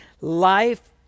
life